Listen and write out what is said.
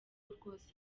rwose